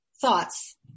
thoughts